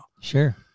Sure